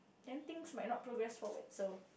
then things might not progress forward so